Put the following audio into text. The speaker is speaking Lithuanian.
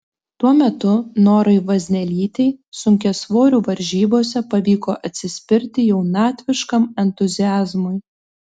tuo metu norai vaznelytei sunkiasvorių varžybose pavyko atsispirti jaunatviškam entuziazmui